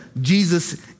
Jesus